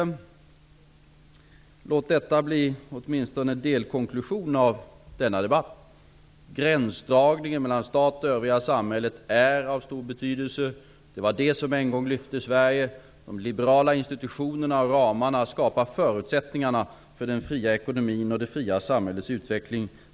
Låt detta bli åtminstone en delkonklusion av denna debatt. Gränsdragningen mellan stat och övriga samhället är av stor betydelse. Det var det som en gång lyfte Sverige. De liberala institutionerna och ramarna skapar förutsättningarna för den fria ekonomin och det fria samhällets utveckling.